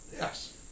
Yes